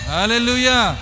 Hallelujah